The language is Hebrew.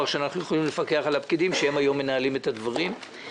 שאנחנו יכולים לפקח על הפקידים שהיום מנהלים את הדברים.